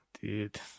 Dude